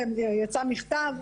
מה-MUTE.